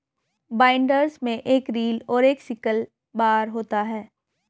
binders में एक reel और एक सिकल बार होता है